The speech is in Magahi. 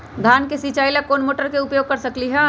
धान के सिचाई ला कोंन मोटर के उपयोग कर सकली ह?